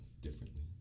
differently